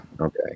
Okay